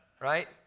Right